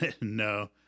no